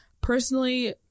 personally